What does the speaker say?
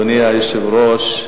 אדוני היושב-ראש,